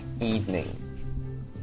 evening